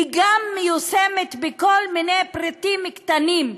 היא גם מיושמת בכל מיני פריטים קטנים,